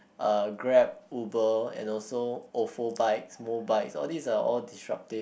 uh Grab Uber and also Ofo Bikes moBikes all these are all disruptive